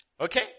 Okay